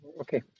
okay